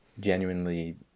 genuinely